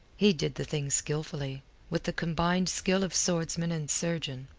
he did the thing skilfully with the combined skill of swordsman and surgeon.